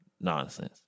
nonsense